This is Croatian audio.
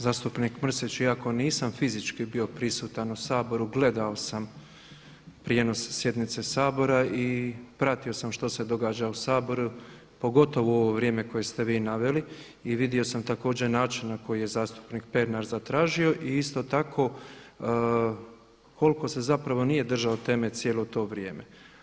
Zastupnik Mrsić, iako nisam fizički bio prisutan u Saboru gledao sam prijenos sjednice Sabora i pratio što se događa u Saboru, pogotovo u ovo vrijeme koje ste vi naveli i vidio sam također način na koji je zastupnik Pernar zatražio i isto tako koliko se zapravo nije držao teme cijelo to vrijeme.